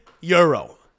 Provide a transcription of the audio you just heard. euro